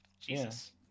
Jesus